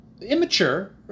immature